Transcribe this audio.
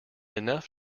enough